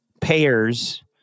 payers